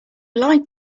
lied